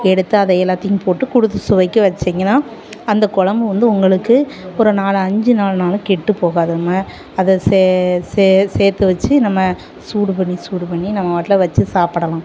எடுத்து அதை எல்லாத்தையும் போட்டு கூடுதல் சுவைக்கு வச்சிங்கன்னா அந்த கொழம்பு வந்து உங்களுக்கு ஒரு நாலு அஞ்சு நாள்னாலும் கெட்டு போகாது ம அதை சே சே சேர்த்து வச்சு நம்ம சூடு பண்ணி சூடு பண்ணி நம்ம பாட்டுலே வச்சு சாப்பிடலாம்